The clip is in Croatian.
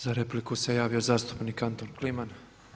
Za repliku se javio zastupnik Anton Kliman.